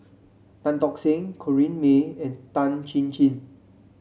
Tan Tock Seng Corrinne May and Tan Chin Chin